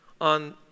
on